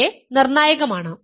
J നിർണായകമാണ്